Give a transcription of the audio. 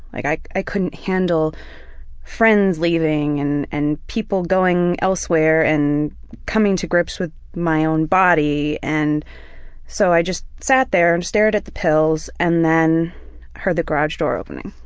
like i i couldn't handle friends leaving and and people going elsewhere and coming to grips with my own body, and so i just sat there, and stared at the pills, and then heard the garage door opening.